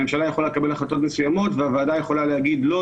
הממשלה יכולה לקבל החלטות מסוימות והוועדה יכולה להגיד: לא,